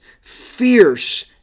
fierce